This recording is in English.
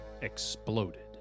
exploded